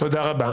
תודה רבה.